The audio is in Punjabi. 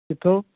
ਕਿੱਥੋਂ